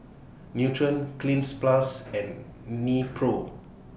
Nutren Cleanz Plus and Nepro